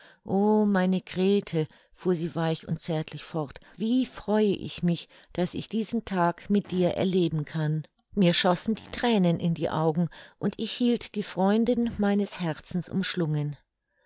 o meine grete fuhr sie weich und zärtlich fort wie freue ich mich daß ich diesen tag mit dir erleben kann mir schossen die thränen in die augen und ich hielt die freundin meines herzens umschlungen